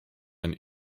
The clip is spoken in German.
ein